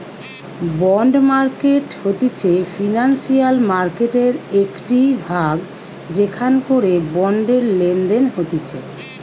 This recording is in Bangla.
বন্ড মার্কেট হতিছে ফিনান্সিয়াল মার্কেটের একটিই ভাগ যেখান করে বন্ডের লেনদেন হতিছে